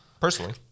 personally